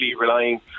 relying